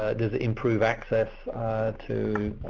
ah does it improve access to